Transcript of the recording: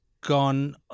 gone